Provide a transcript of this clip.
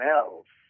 else